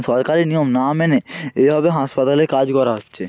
সরকারি নিয়ম না মেনে এইভাবে হাসপাতালে কাজ করা হচ্ছে